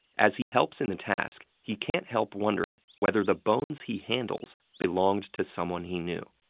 as he helps in the task, he can't help wondering whether the bones he handles belonged to someone he knew.